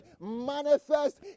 manifest